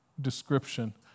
description